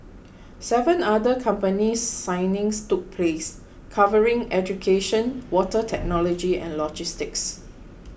seven other company signings took place covering education water technology and logistics